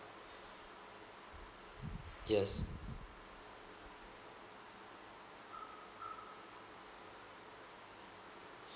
yes